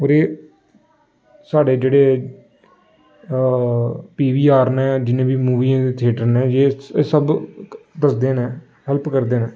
होर एह् साढ़े जेह्ड़े पी वी आर ने जि'न्ने मूवियें दे थेटर ने एह् सब दसदे ने हैल्प करदे न